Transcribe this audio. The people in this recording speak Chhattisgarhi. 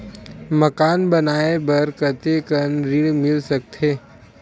मकान बनाये बर कतेकन ऋण मिल सकथे?